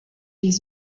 les